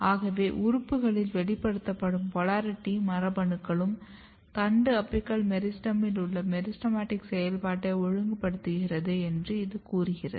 ஆகவே உறுப்புகளில் வெளிப்படுத்தப்படும் போலாரிட்டி மரபணுக்களும் தண்டு அப்பிக்கல் மெரிஸ்டெமில் உள்ள மெரிஸ்டெமடிக் செயல்பாட்டை ஒழுங்குபடுத்துகின்றன என்று இது கூறுகிறது